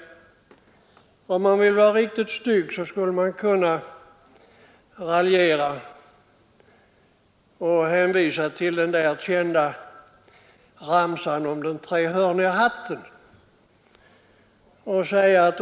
Vill man vara riktigt elak skulle man kunna raljera och hänvisa till den kända ramsan om den trekantiga hatten.